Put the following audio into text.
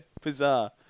bizarre